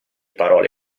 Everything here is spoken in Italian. parole